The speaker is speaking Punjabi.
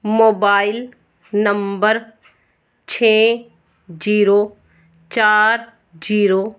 ਮੋਬਾਈਲ ਨੰਬਰ ਛੇ ਜੀਰੋ ਚਾਰ ਜੀਰੋ